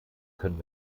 können